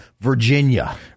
Virginia